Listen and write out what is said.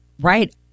Right